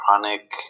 chronic